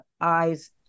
eyes